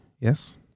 Yes